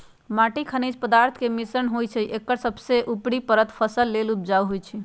माटी खनिज पदार्थ के मिश्रण होइ छइ एकर सबसे उपरी परत फसल लेल उपजाऊ होहइ